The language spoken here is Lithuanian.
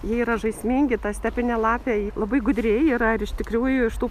jie yra žaismingi ta stepinė lapė labai gudri yra ir iš tikrųjų iš tų